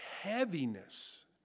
heaviness